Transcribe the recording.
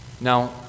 Now